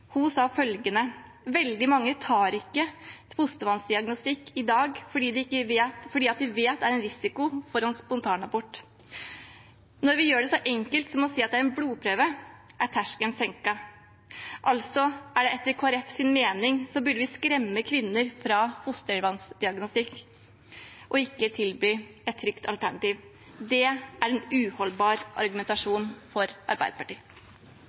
Hun sa at veldig mange tar ikke fostervannsdiagnostikk i dag fordi de vet det er en risiko for en spontanabort. Når vi gjør det så enkelt som å si at det er en blodprøve, er terskelen senket – altså etter Kristelig Folkepartis mening burde vi skremme kvinner fra fostervannsdiagnostikk og ikke tilby et trygt alternativ. Det er en uholdbar argumentasjon for Arbeiderpartiet.